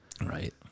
Right